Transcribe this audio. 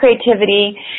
creativity